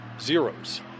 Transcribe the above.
zeros